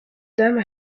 dame